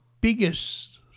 biggest